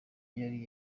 yari